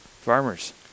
Farmers